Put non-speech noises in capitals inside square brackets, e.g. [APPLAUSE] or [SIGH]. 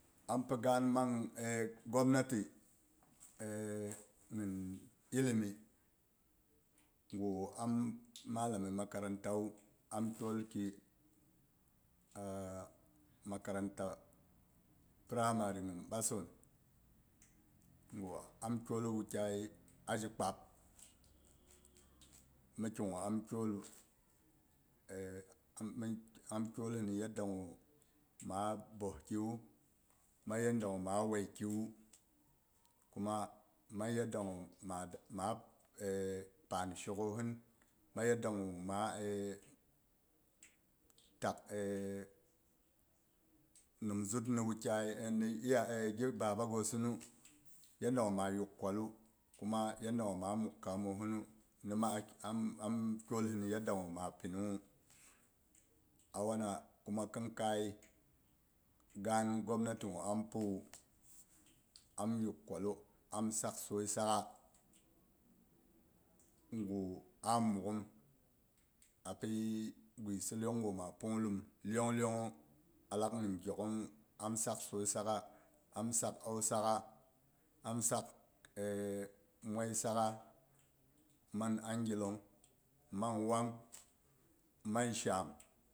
Ampi gaan ma e gwamnati ghin [HESITATION] ilimi ngw am malami makaranta wu am kyolki, a makaranta pramari ghin bason am kyol wukyai azhi kphabo. Mi kigwa am kyolu. [HESITATION] Am kyolhin yanda gu ma bohkiwu mang yanda gwu ma wuei kiwu, kuma mang yanda gwu ma ma e panshok ghohin, mang yadda gu ma e tak [HESITATION] nimzut ni wukyai en ghi baba gosinu. yanda gwa mayuk kwalu, kuma yanda gwu maa mik kamohinu nima am kyol hin yanda ma pinunghu awana kuma khin kai gaan gwamnati ngwa ampiwu. Am nyuk kwalu am sak soi saggha ngwu a mughim api gwisi iyong gu ma pungwulim iyong iyong nwu alak bak gyok. Am saksoil sa'gha am sak au sa'gha, am sa'gh e moi sa'gh mang angi long mang wang mang shaam.